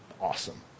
Awesome